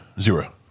zero